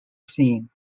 seen